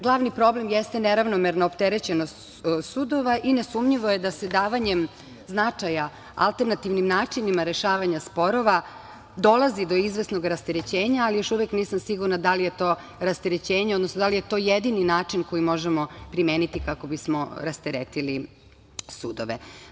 Glavni problem jeste neravnomerna opterećenost sudova i nesumnjivo je da se davanjem značaja alternativnim načinima rešavanja sporova dolazi do izvesnog rasterećenja, ali, još uvek nisam sigurna da li je to rasterećenje, odnosno da li je to jedini način koji možemo primeniti kako bismo rasteretili sudove.